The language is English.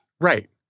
Right